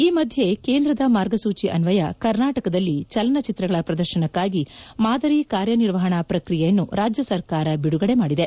ಈ ಮಧ್ಯೆ ಕೇಂದ್ರದ ಮಾರ್ಗಸೂಚಿ ಅನ್ವಯ ಕರ್ನಾಟಕದಲ್ಲಿ ಚಲನಚಿತ್ರಗಳ ಪ್ರದರ್ಶನಕ್ಕಾಗಿ ಮಾದರಿ ಕಾರ್ಯನಿರ್ವಹಣಾ ಪ್ರಕ್ರಿಯೆಯನ್ನು ರಾಜ್ಯ ಸರ್ಕಾರ ಬಿದುಗಡೆ ಮಾಡಿದೆ